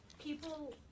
people